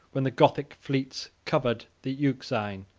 when the gothic fleets covered the euxine,